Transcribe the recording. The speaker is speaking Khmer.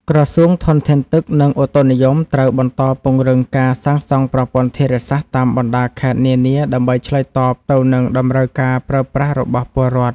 ក្រសួងធនធានទឹក និងឧតុនិយមត្រូវបន្តពង្រឹងការសាងសង់ប្រព័ន្ធធារាសាស្ត្រតាមបណ្តាខេត្តនានាដើម្បីឆ្លើយតបទៅនឹងតម្រូវការប្រើប្រាស់របស់ពលរដ្ឋ។